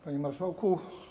Panie Marszałku!